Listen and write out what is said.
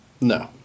No